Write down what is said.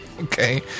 Okay